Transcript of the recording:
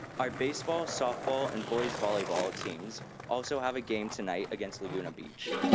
our baseball, softball, and boys' volleyball teams also have a game tonight against laguna beach.